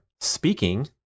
speaking